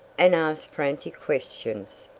and asked frantic questions.